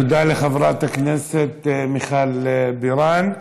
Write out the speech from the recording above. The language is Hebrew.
תודה לחברת הכנסת מיכל בירן.